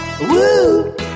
woo